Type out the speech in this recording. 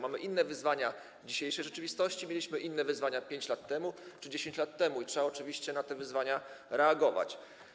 Mamy inne wyzwania w dzisiejszej rzeczywistości, mieliśmy inne wyzwania 5 lat czy 10 lat temu, i oczywiście trzeba na te wyzwania reagować.